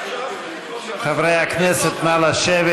חברי הכנסת, נא לשבת.